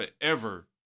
forever